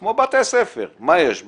כמו בתי ספר, מה יש בה?